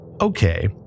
Okay